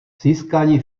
získání